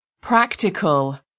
Practical